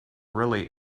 really